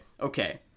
okay